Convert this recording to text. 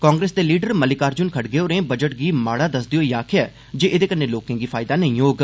कांग्रेस दे लीडर मार्ल्लकार्जुन खड़गे होरें बजट गी माड़ा दस्सदे होईं आक्खेआ जे एदे कन्नै लोकें गी फायदा नेंई होग